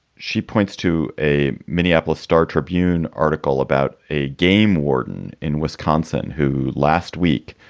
she points to a minneapolis star tribune article about a game warden in wisconsin who last week